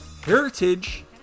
heritage